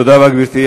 תודה רבה, גברתי.